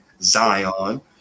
Zion